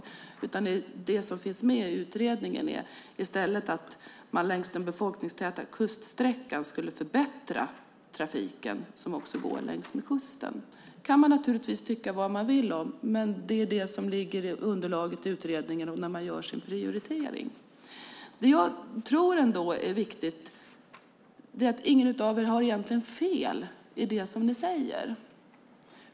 Det som utredningen föreslår är att man skulle förbättra trafiken längs den befolkningstäta kuststräckan, alltså den trafik som går längs med kusten. Man kan naturligtvis tycka vad man vill om detta, men det ligger med i underlaget till utredningen när de gör sin prioritering. Jag tror att det är viktigt att säga att ingen av interpellanterna egentligen har fel i det som de säger.